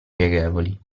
pieghevoli